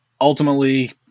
ultimately